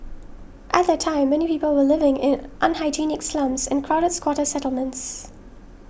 at that time many people were living in unhygienic slums and crowded squatter settlements